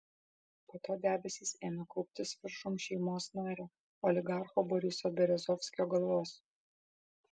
po to debesys ėmė kauptis viršum šeimos nario oligarcho boriso berezovskio galvos